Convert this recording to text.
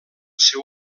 seu